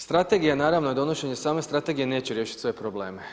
Strategija naravno i donošenje same strategije neće riješiti sve probleme.